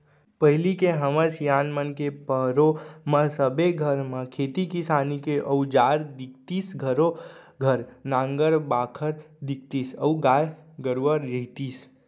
पहिली के हमर सियान मन के पहरो म सबे घर म खेती किसानी के अउजार दिखतीस घरों घर नांगर बाखर दिखतीस अउ गाय गरूवा रहितिस